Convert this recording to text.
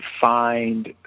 find